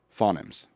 phonemes